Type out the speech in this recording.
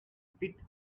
bit